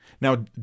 Now